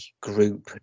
group